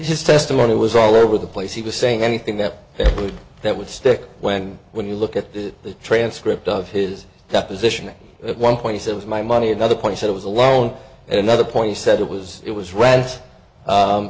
his testimony was all over the place he was saying anything that it would that would stick when when you look at the transcript of his deposition at one point he said was my money another point it was a loan at another point he said it was it was rent